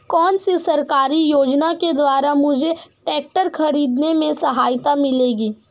कौनसी सरकारी योजना के द्वारा मुझे ट्रैक्टर खरीदने में सहायता मिलेगी?